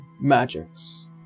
magics